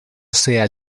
sea